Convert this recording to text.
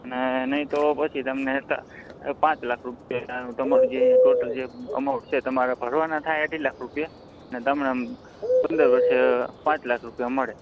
અને નહીં તો પછી તમને પાંચ લાખ રૂપિયા તમારું જે ટોટલ જે અમાઉન્ટ છે તમારે ભરવાના થાય અઢી લાખ રૂપિયા અને તમે પંદર વર્ષે પાંચ લાખ રૂપિયા મળે